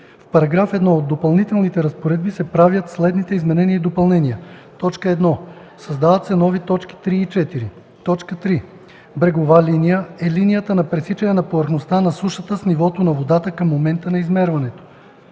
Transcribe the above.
В § 1 от Допълнителните разпоредби се правят следните изменения и допълнения: 1. Създават се нови т. 3 и 4: „3. „Брегова линия” е линията на пресичане на повърхността на сушата с нивото на водата към момента на измерването.